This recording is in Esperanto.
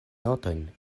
notojn